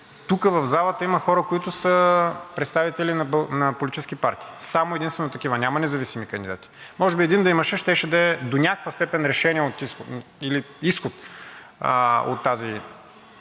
Тук в залата има хора, които са представители на политически партии – само и единствено такива, няма независими кандидати. Може би един да имаше, щеше да е до някаква степен решение или изход от тази